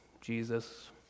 Jesus